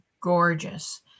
gorgeous